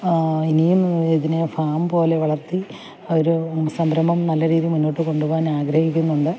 ഇനിയും ഇതിനെ ഫാം പോലെ വളർത്തി ഒരു സംരംഭം നല്ല രീതിയിൽ മുന്നോട്ടു കൊണ്ടുപോവാൻ ആഗ്രഹിക്കുന്നുണ്ട്